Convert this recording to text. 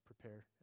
prepare